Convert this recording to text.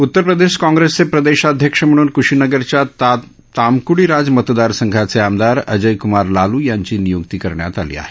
उतर प्रदेश काँग्रेसचे प्रदेशाध्यक्ष म्हणून क्शीनगरच्या तामक्डीराज मतदार संघाचे आमदार अजय क्मार लालू यांची निय्क्ती करण्यात आली आहे